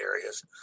areas